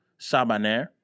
Sabaner